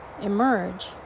emerge